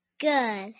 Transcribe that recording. Good